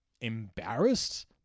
embarrassed